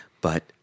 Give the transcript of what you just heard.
but-